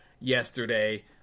yesterday